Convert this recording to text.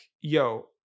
yo